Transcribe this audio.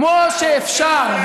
כמו שאפשר,